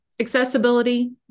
Accessibility